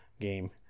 game